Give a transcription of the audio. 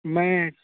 میں